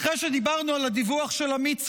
אחרי שדיברנו על הדיווח של עמית סגל,